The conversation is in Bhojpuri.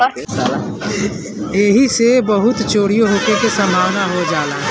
ऐइसे बहुते चोरीओ होखे के सम्भावना हो जाला